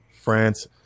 france